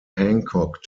hancock